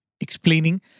explaining